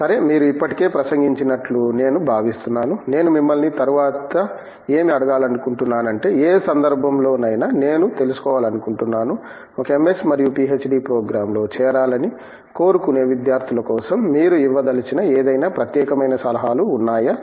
సరే మీరు ఇప్పటికే ప్రసంగించినట్లు నేను భావిస్తున్నాను నేను మిమ్మల్ని తరువాత ఏమి అడగాలనుకుంటున్నాను అంటే ఏ సందర్భంలోనైనా నేను తెలుసుకోవాలనుకుంటున్నాను ఒక MS మరియు PhD ప్రోగ్రామ్లో చేరాలని కోరుకునే విద్యార్థుల కోసం మీరు ఇవ్వదలిచిన ఏదైనా ప్రత్యేకమైన సలహాలు ఉన్నాయా